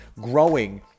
growing